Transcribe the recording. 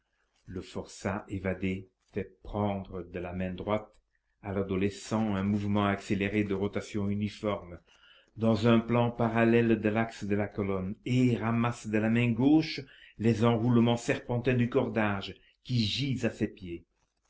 le forçat évadé fait prendre de la main droite à l'adolescent un mouvement accéléré de rotation uniforme dans un plan parallèle de l'axe de la colonne et ramasse de la main gauche les enroulements serpentins du cordage qui gisent à ses pieds